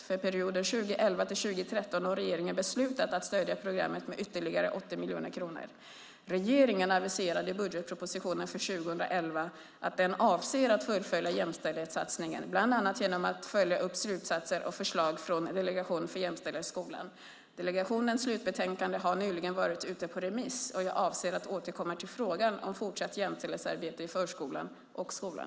För perioden 2011-2013 har regeringen beslutat att stödja programmet med ytterligare 80 miljoner kronor. Regeringen aviserade i budgetpropositionen för 2011 att den avser att fullfölja jämställdhetssatsningen, bland annat genom att följa upp slutsatser och förslag från Delegation för jämställdhet i skolan. Delegationens slutbetänkande har nyligen varit ute på remiss och jag avser att återkomma till frågan om fortsatt jämställdhetsarbete i förskolan och skolan.